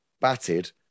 batted